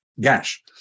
gash